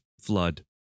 flood